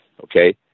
Okay